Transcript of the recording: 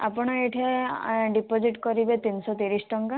ଆପଣ ଏଇଠି ଡିପୋଜିଟ୍ କରିବେ ତିନିଶ ତିରିଶ ଟଙ୍କା